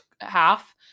half